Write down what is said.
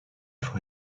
for